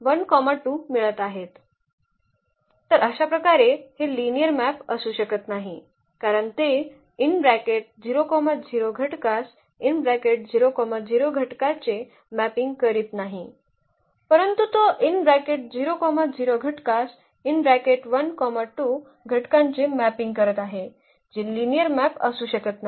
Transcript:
तर अशाप्रकारे हे लिनिअर मॅप असू शकत नाही कारण ते घटकास घटकाचे मॅपिंग करीत नाही परंतु तो घटकास घटकाचे मॅपिंग करीत आहे जे लिनिअर मॅप असू शकत नाही